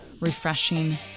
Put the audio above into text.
refreshing